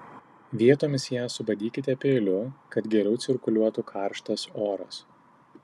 vietomis ją subadykite peiliu kad geriau cirkuliuotų karštas oras